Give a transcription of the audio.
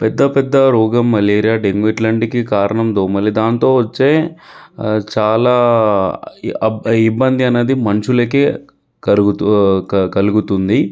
పెద్ద పెద్ద రోగం మలేరియా డెంగ్యూ ఇట్లాంటికి కారణం దోమలు దాంతో వచ్చే చాలా అబ్ ఇబ్బంది అనేది మనుషులకే కరుగు కలుగుతుంది